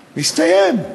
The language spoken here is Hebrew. הסתיים.